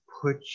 put